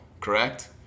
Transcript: correct